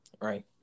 right